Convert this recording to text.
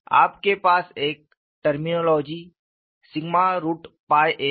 आपके पास एक टर्मिनोलॉजी a है